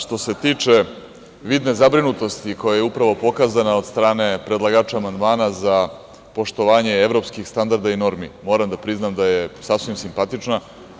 Što se tiče vidne zabrinutosti koja je upravo pokazana od strane predlagača amandmana za poštovanje evropskih standarda i normi, moram da priznam da je sasvim simpatična.